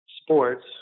sports